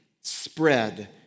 spread